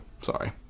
Sorry